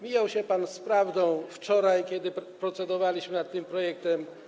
Mijał się pan z prawdą wczoraj, kiedy procedowaliśmy nad tym projektem.